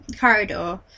corridor